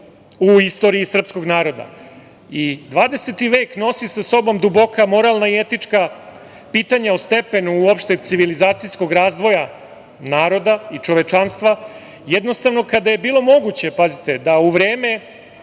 u istoriji srpskog naroda. Dvadeseti vek nosi sa sobom duboka moralna i etička pitanja o stepenu uopšte civilizacijskog razvoja naroda i čovečanstva, jednostavno kada je bilo moguće, pazite, da u vreme,